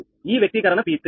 ఈ వ్యక్తీకరణ P3